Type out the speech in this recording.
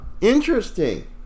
Interesting